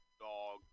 dog